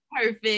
perfect